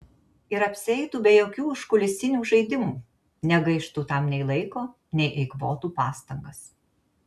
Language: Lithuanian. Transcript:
ir apsieitų be jokių užkulisinių žaidimų negaištų tam nei laiko nei eikvotų pastangas